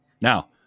Now